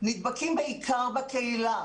נדבקים בעיקר בקהילה,